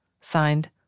Signed